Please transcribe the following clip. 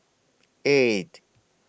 eight